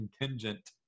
contingent